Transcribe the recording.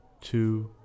two